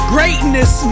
Greatness